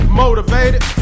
motivated